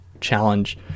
challenge